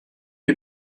you